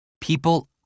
people